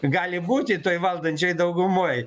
gali būti toj valdančiojoj daugumoj